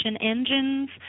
engines